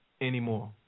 anymore